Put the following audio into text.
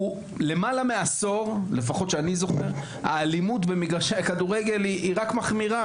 למעלה מעשור יש אלימות במגרשי הכדורגל והיא רק מחמירה.